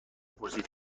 پرسید